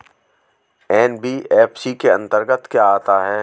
NBFC के अंतर्गत क्या आता है?